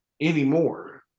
anymore